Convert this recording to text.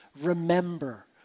remember